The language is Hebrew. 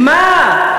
מה?